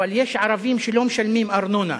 אבל יש ערבים שלא משלמים ארנונה.